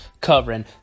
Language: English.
covering